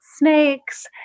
snakes